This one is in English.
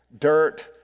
dirt